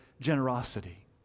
generosity